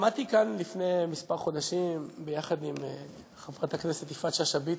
עמדתי כאן לפני כמה חודשים ביחד עם חברת הכנסת יפעת שאשא ביטון,